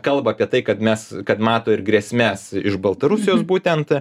kalba apie tai kad mes kad mato ir grėsmes iš baltarusijos būtent